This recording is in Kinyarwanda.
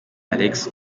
alex